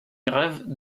grève